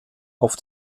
auf